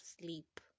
sleep